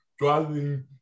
driving